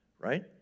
right